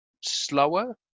slower